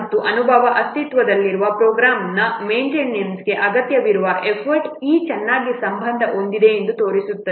ಮತ್ತು ಅನುಭವವು ಅಸ್ತಿತ್ವದಲ್ಲಿರುವ ಪ್ರೋಗ್ರಾಂನ ಮೇನ್ಟೈನೆನ್ಸ್ಗೆ ಅಗತ್ಯವಿರುವ ಎಫರ್ಟ್ E ಚೆನ್ನಾಗಿ ಸಂಬಂಧ ಹೊಂದಿದೆ ಎಂದು ತೋರಿಸುತ್ತದೆ